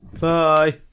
bye